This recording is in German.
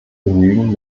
genügen